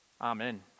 Amen